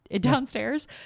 downstairs